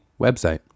website